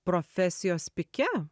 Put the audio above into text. profesijos pike